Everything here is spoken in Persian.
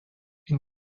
این